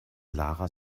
lara